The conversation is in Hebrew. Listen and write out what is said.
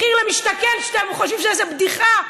מחיר למשתכן, שאתם חושבים שזה בדיחה,